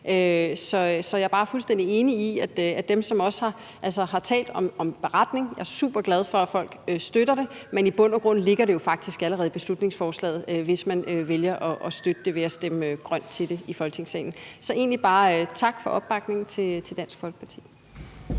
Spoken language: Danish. Så jeg er bare fuldstændig enig. Der er dem, som også har talt om en beretning. Jeg er superglad for, at folk støtter det, men i bund og grund ligger det jo faktisk allerede i beslutningsforslaget, hvis man vælger at støtte det ved at stemme grønt til det i Folketingssalen. Så egentlig bare tak for opbakningen til Dansk Folkeparti.